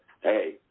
Hey